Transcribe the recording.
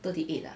thirty eight ah